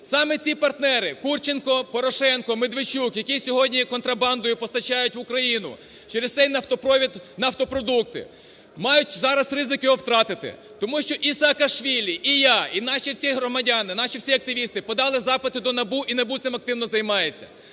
Саме ці партнери Курченко, Порошенко, Медведчук, які сьогодні контрабандою постачають в Україну через цей нафтопровід нафтопродукти, мають зараз ризик його втратити. Тому що і Саакашвілі, і я, і наші всі громадяни, наші всі активісти подали запити до НАБУ, і НАБУ цим активно займається.